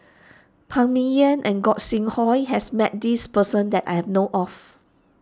Phan Ming Yen and Gog Sing Hooi has met this person that I have know of